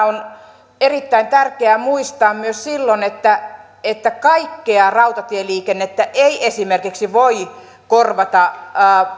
on erittäin tärkeää muistaa myös silloin että että kaikkea rautatieliikennettä ei esimerkiksi voi korvata